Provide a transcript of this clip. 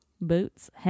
boots